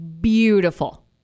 beautiful